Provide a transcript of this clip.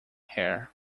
hair